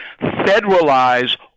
federalize